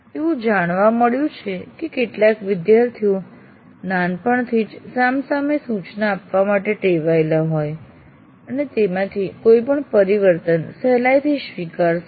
એવું જાણવા મળ્યું છે કે કેટલાક વિદ્યાર્થીઓ નાનપણથી જ સામ સામે સૂચના આપવા માટે ટેવાયેલા હોય અને તેથી તેમાંથી કોઈપણ પરિવર્તન સહેલાઈથી સ્વીકારશે નહિ